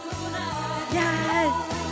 Yes